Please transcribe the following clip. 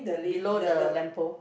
below the lamp pole